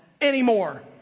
anymore